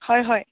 হয় হয়